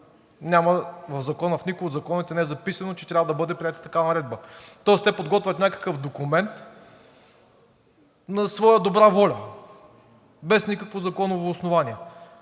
В никой от законите не е записано, че трябва да бъде приета такава наредба. Тоест те подготвят някакъв документ на своя добра воля без никакво законово основание.